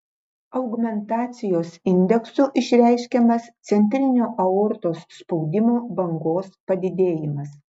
augmentacijos indeksu išreiškiamas centrinio aortos spaudimo bangos padidėjimas